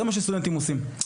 זה מה שסטודנטים עושים.